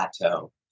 plateau